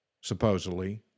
supposedly